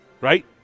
right